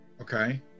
Okay